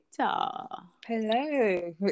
Hello